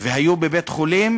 והיו בבית-חולים,